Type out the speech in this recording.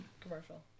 commercial